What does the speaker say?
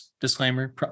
disclaimer